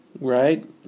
Right